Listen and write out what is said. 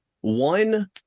One